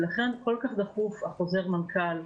לכן כל כך דחוף חוזר המנכ"ל,